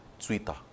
Twitter